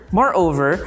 moreover